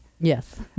Yes